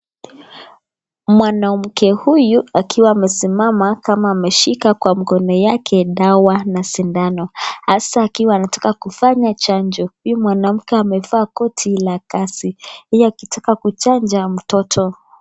Mwanamke huyu akiwa amesimama kama ameshika kwa mkono yake dawa na sindano, hasa akiwa anataka kufanya chanjo. Huyu mwanamke amevaa koti la kazi, yeye akitaka kuchanja mtoto.